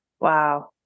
Wow